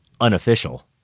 unofficial